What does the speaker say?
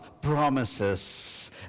promises